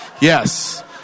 Yes